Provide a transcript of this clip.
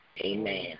Amen